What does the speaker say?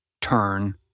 Turn